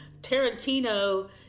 Tarantino